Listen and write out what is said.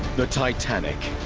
the titanic,